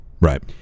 right